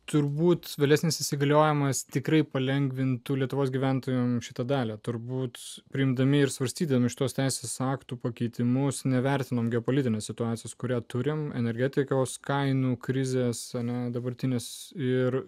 turbūt vėlesnis įsigaliojimas tikrai palengvintų lietuvos gyventojams šito dalią turbūt priimdami ir svarstydami iš tos teisės aktų pakeitimus nevertinom geopolitinės situacijos kurią turime energetikos kainų krizės o ne dabartinius ir